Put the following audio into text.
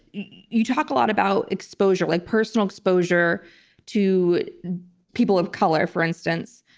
you talk a lot about exposure, like personal exposure to people of color, for instance,